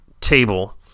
table